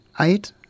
eight